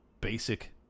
basic